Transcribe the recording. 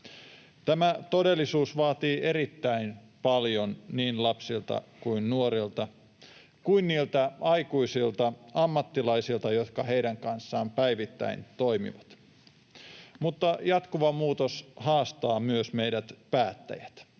Tämä todellisuus vaatii erittäin paljon niin lapsilta ja nuorilta kuin niiltä aikuisilta ammattilaisilta, jotka heidän kanssaan päivittäin toimivat. Mutta jatkuva muutos haastaa myös meidät päättäjät.